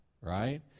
right